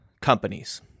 companies